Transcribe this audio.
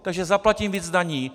Takže zaplatím víc daní.